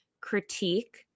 critique